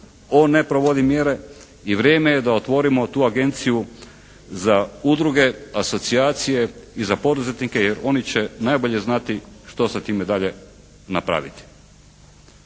on ne provodi mjere i vrijeme je da otvorimo tu Agenciju za udruge, asocijacije i za poduzetnike jer oni će najbolje znati što sa time dalje napraviti.